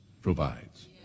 provides